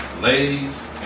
ladies